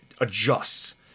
adjusts